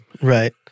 Right